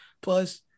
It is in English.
Plus